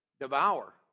Devour